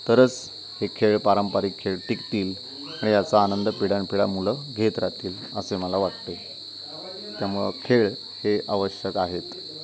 तरच हे खेळ पारंपरिक खेळ टिकतील आणि याचा आनंद पिढानपिढ्या मुलं घेत राहतील असे मला वाटते त्यामुळं खेळ हे आवश्यक आहेत